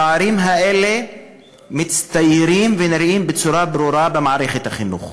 הפערים האלה מצטיירים ונראים בצורה ברורה במערכת החינוך.